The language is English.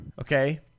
Okay